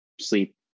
sleep